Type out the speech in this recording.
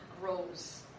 grows